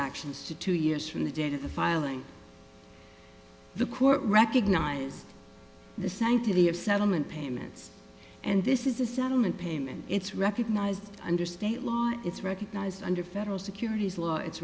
actions to two years from the date of the filing the court recognized the sanctity of settlement payments and this is a settlement payment it's recognized under state law it's recognized under federal securities law it's